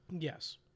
Yes